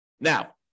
Now